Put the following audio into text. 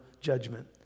judgment